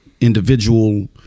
individual